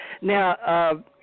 Now –